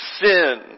sin